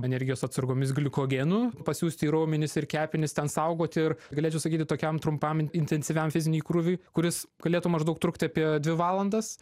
energijos atsargomis gliukogenu pasiųsti į raumenis ir kepenis ten saugoti ir galėčiau sakyti tokiam trumpam intensyviam fiziniui krūviui kuris galėtų maždaug trukti apie dvi valandas